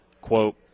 quote